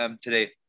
today